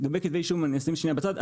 לגבי כתבי אישום אני אשים שנייה בצד.